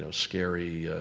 so scary,